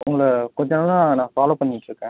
உங்களை கொஞ்சம் நாளாக நான் ஃபாலோவ் பண்ணிகிட்ருக்கேன்